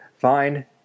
fine